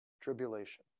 tribulation